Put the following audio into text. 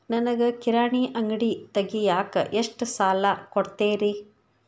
ನನಗ ಕಿರಾಣಿ ಅಂಗಡಿ ತಗಿಯಾಕ್ ಎಷ್ಟ ಸಾಲ ಕೊಡ್ತೇರಿ?